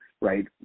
right